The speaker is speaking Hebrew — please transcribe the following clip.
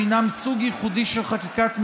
שהם סוג ייחודי של חקיקת משנה,